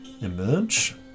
emerge